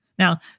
Now